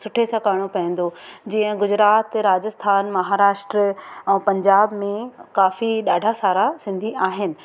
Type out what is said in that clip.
सुठे सां करिणो पवंदो जीअं गुजरात राजस्थान महाराष्ट्र ऐ पंजाब में काफ़ी ॾाढा सारा सिंधी आहिनि